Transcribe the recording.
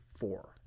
four